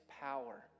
power